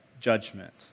judgment